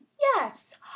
Yes